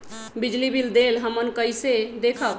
बिजली बिल देल हमन कईसे देखब?